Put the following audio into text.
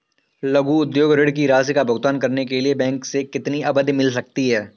लघु उद्योग ऋण की राशि का भुगतान करने के लिए बैंक से कितनी अवधि मिल सकती है?